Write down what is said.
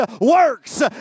works